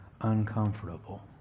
uncomfortable